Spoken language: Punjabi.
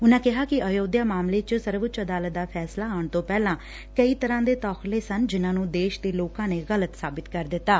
ਉਨੂਾ ਕਿਹਾ ਕਿ ਅਯੋਧਿਆ ਮਾਮਲੇ ਚ ਸਰਵਉੱਚ ਅਦਾਲਤ ਦਾ ਫੈਸਲਾ ਆਉਣ ਤੋਂ ਪਹਿਲਾਂ ਕਈ ਤਰਾਂ ਦੇ ਤੋਖ਼ਲੇ ਸਨ ਜਿਨਾਂ ਨੂੰ ਦੇਸ਼ ਦੇ ਲੋਕਾਂ ਦੇ ਗਲਤ ਸਾਬਤ ਕਰ ਦਿੱਡਾ